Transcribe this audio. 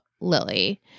Lily